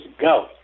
go